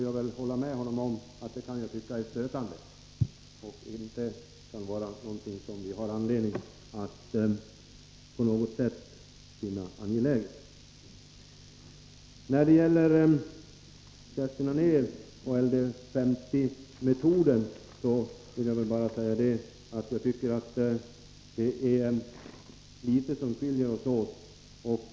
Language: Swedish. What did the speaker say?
Jag kan hålla med honom om att det är stötande och inte någonting som är angeläget. När det gäller LD50-metoden, som Kerstin Anér nämnde, är det litet som skiljer oss åt.